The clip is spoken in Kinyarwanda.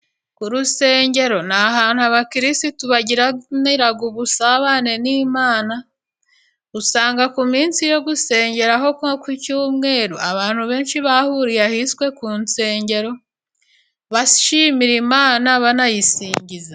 Ku rusengero ni ahantu abakirisitu bagiranira ubusabane n'Imana, usanga ku minsi yo gusengeraho nko cy'umweru abantu benshi bahuriye ahiswe ku nsengero, bashimira Imana banayisingiza.